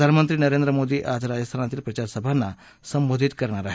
प्रधानमंत्री नरेंद्र मोदी आज राजस्थानातील प्रचारसभांना संबोधित करणार आहेत